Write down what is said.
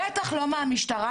בטח לא מהמשטרה,